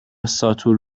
ساتور